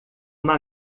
uma